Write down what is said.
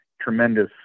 tremendous